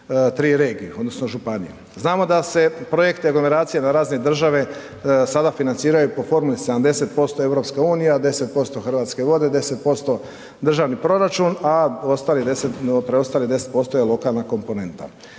Znamo da se u projekte aglomeracije na razini države sada financiraju po formuli 70% EU-a a 10 Hrvatske vode, 10% državni proračun a preostalih 10% lokalna komponenta.